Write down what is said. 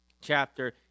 chapter